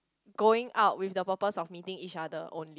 going out with the purpose of meeting each other own